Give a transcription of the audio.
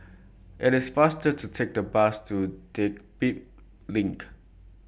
IT IS faster to Take The Bus to Dedap LINK